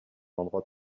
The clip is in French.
endroit